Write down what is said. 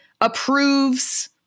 approves